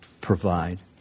provide